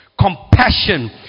compassion